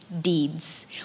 Deeds